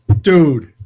Dude